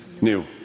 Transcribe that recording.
new